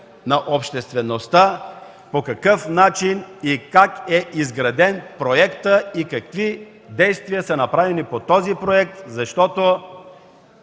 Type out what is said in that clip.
на обществеността по какъв начин и как е изграден проектът и какви действия са направени по този проект, защото